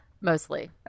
Mostly